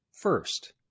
first